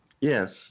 Yes